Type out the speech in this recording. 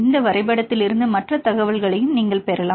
இந்த வரைபடத்திலிருந்து மற்ற தகவல்களையும் நீங்கள் பெறலாம்